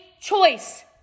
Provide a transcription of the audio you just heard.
choice